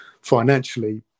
financially